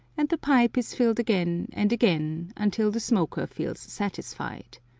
and the pipe is filled again and again, until the smoker feels satisfied.